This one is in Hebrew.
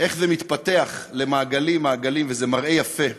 איך זה מתפתח למעגלים-מעגלים, וזה מראה יפה.